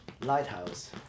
Lighthouse